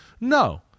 No